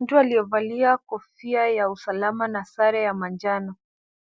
Mtu aliyo valia kofia ya usalama na sare ya manjano,